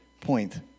point